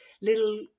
little